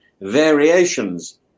variations